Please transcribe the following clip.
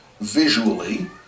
visually